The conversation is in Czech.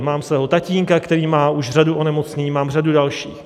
Mám svého tatínka, který má už řadu onemocnění, mám řadu dalších.